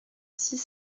six